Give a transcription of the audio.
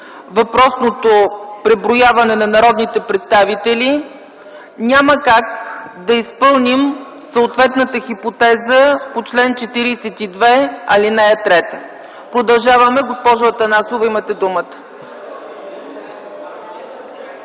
въпросното преброяване на народните представители, няма как да изпълним съответната хипотеза по чл. 42, ал. 3. Продължаваме. Госпожа Атанасова, имате думата.